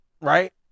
right